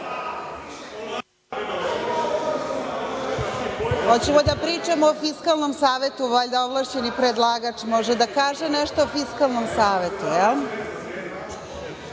Hoćemo li da pričamo o Fiskalnom savetu? Valjda ovlašćeni predlagač može da kaže nešto o Fiskalnom savetu. Znači,